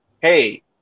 hey